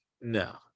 no